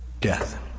death